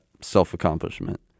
self-accomplishment